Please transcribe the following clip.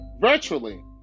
virtually